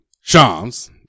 Shams